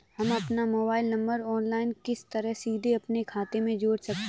हम अपना mobile number online किस तरह सीधे अपने खाते में जोड़ सकते हैं?